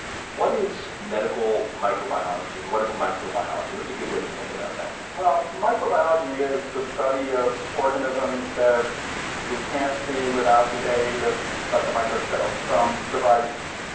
what is medical microbiology and what is microbiology? what's a good way to think about that? microbiology is the study of organisms that we can't see without the aid of like a microscope, some device.